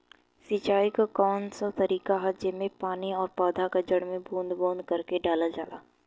सिंचाई क कउन सा तरीका ह जेम्मे पानी और पौधा क जड़ में बूंद बूंद करके डालल जाला?